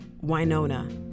Winona